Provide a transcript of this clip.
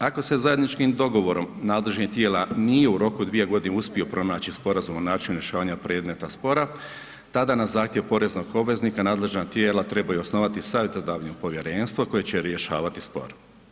Ako se zajedničkim dogovorom nadležnih tijela nije u roku 2 godine uspio pronaći sporazum o načinu rješavanja predmeta spora, tada na zahtjev poreznog obveznika nadležna tijela trebaju osnovati savjetodavno povjerenstvo koje će rješavati spor.